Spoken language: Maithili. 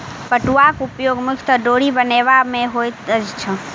पटुआक उपयोग मुख्यतः डोरी बनयबा मे होइत अछि